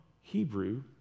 Hebrew